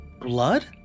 Blood